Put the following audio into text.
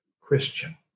Christian